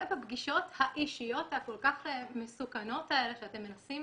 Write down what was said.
בפגישות האישיות הכל כך מסוכנות האלה שאתם מנסים